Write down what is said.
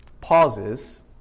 pauses